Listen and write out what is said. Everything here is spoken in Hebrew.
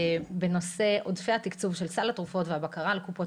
בנושא עודפי התקצוב של סל התרופות והבקרה על קופות